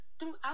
throughout